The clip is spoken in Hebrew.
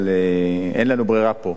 אבל אין לנו ברירה פה.